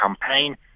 campaign